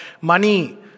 money